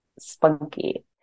spunky